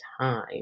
time